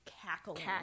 cackling